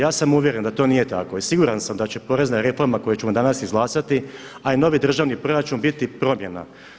Ja sam uvjeren da to nije tako i siguran sam da će porezna reforma koju ćemo danas izglasati a i novi državni proračun biti promjena.